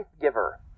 giver